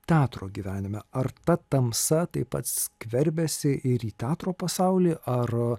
teatro gyvenime ar ta tamsa taip pat skverbiasi ir į teatro pasaulį ar